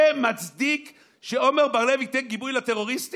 זה מצדיק את זה שעמר בר לב ייתן גיבוי לטרוריסטים?